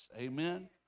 Amen